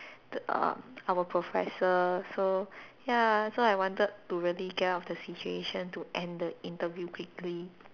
the err our professor so ya so I wanted to really get out of the situation to end the interview quickly